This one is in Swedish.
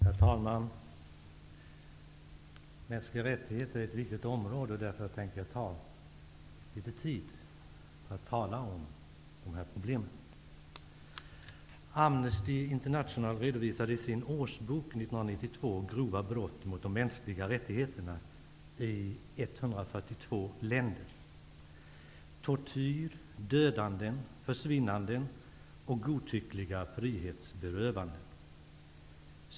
Herr talman! Mänskliga rättigheter är ett viktigt område, och därför tänker jag ta tid för att tala om den frågan. länder: tortyr, dödande, ''försvinnanden'' och godtyckliga frihetsberövanden.